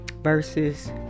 verses